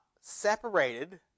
Separated